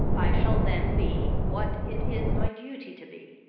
i shall then be, what it is my duty to be,